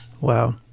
Wow